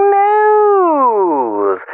news